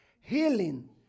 healing